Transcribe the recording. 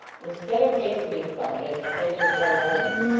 instead of hastening from it as a place of ill omen,